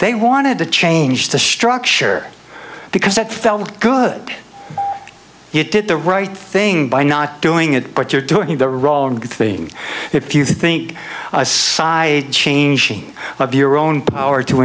they wanted to change the structure because that felt good it did the right thing by not doing it but you're doing the wrong thing if you think aside changing of your own power to